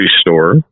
store